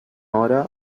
hora